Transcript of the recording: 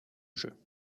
jeu